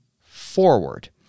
forward